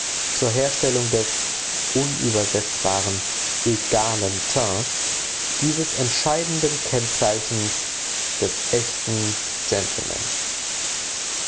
zur herstellung des unübersetzbaren egalen teints dieses entscheidenden kennzeichens des echten gentleman